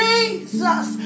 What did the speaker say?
Jesus